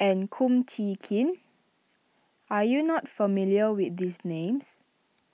and Kum Chee Kin are you not familiar with these names